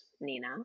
Nina